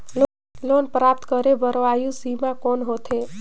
Loan प्राप्त करे बर आयु सीमा कौन होथे?